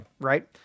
Right